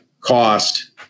cost